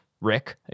Rick